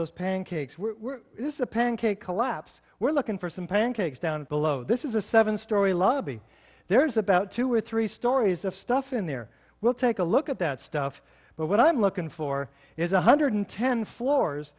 those pancakes were this is a pancake collapse we're looking for some pancakes down below this is a seven story lobby there is about two or three stories of stuff in there we'll take a look at that stuff but what i'm looking for is one hundred ten floors